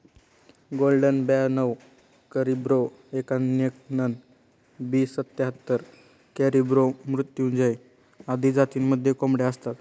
golden ब्याणव Caribro एक्याण्णण, B सत्याहत्तर, कॅरिब्रो मृत्युंजय आदी जातींमध्येही कोंबड्या असतात